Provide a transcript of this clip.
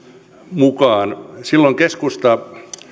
mukaan silloin keskusta